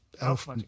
elf